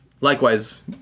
likewise